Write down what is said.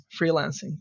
freelancing